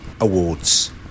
awards